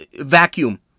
vacuum